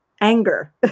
anger